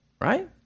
Right